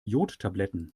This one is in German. jodtabletten